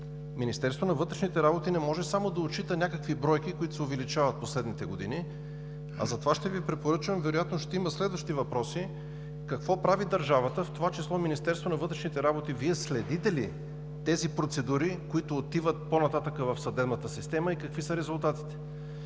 Министерството на вътрешните работи не може само да отчита някакви бройки, които се увеличават последните години. Ще Ви препоръчам, вероятно ще има следващи въпроси, какво прави държавата, в това число Министерството на вътрешните работи Вие следите ли тези процедури, които отиват по-нататък в съдебната система и какви са резултатите?